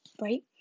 right